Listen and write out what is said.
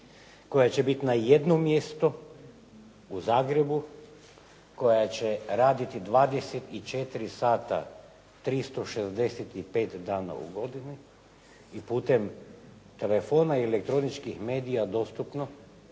koja će biti na jednom mjestu u Zagrebu, koja će raditi 24 sata 365 dana u godini i putem telefona i elektroničkih medija dostupno